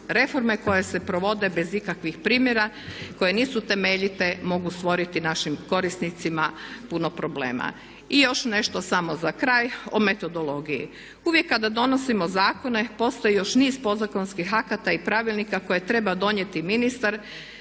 reforme koje se provode bez ikakvih primjera, koje nisu temeljite mogu stvoriti našim korisnicima puno problema. I još nešto samo za kraj o metodologiji. Uvijek kada donosimo zakone postoji još niz podzakonskih akata i pravilnika koje treba donijeti ministar